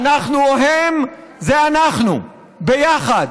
"אנחנו או הם" זה אנחנו, ביחד,